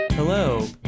Hello